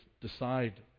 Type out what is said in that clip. decide